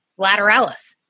lateralis